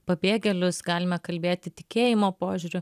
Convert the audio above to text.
pabėgėlius galime kalbėti tikėjimo požiūriu